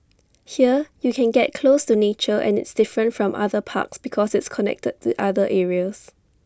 here you can get close to nature and it's different from other parks because it's connected to other areas